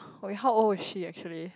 wait how old is she actually